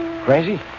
Crazy